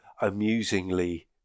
amusingly